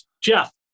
Jeff